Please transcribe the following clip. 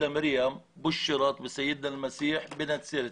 ישו מנצרת.